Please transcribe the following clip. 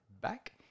back